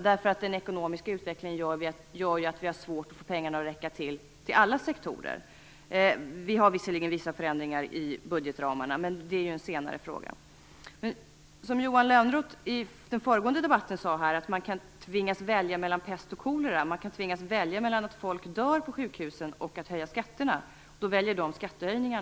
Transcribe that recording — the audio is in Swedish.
Den ekonomiska utvecklingen gör att vi har svårt att få pengarna att räcka till alla sektorer. Visserligen har vi vissa förändringar i budgetramarna, men det är en senare fråga. Johan Lönnroth sade i föregående debatt här att man kan tvingas välja mellan kolera och pest. Man kan tvingas välja mellan att folk dör på sjukhusen och att höja skatterna. Då väljer de skattehöjningar.